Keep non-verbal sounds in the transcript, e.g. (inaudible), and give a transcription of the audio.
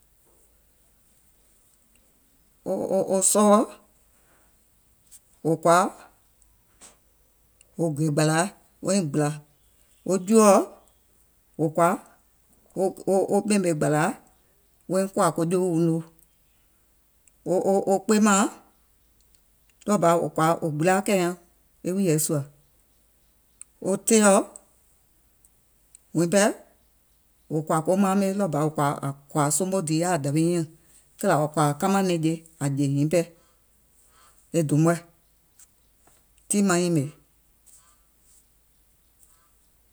Wo sɔwɔ, wò kɔ̀à (noise) wo gè gbàlàa woiŋ gbìlà, wo juòɔ, wò kɔ̀à wo ɓèmè gbàlàa woiŋ kòà ko jewìuŋ noo, wo kpeemàaŋ, ɗɔɔ bà wò kɔ̀à wò gbile aŋ kɛ̀ì nyaŋ e wùìyèɛ sùà, wo teìɔ wuŋ pɛɛ, wò kɔ̀à ko maame, ɗɔɔ bà wò kɔ̀à àŋ kɔ̀à àŋ somo dìì yaà dàwi nyiŋ nyàŋ, kìlà àŋ kɔ̀à kamàŋ nɛ̀ŋje àŋ jè nyiŋ pɛɛ e dùùm.